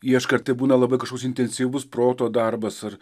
ieškai ar tai būna labai kažkoks intensyvus proto darbas ar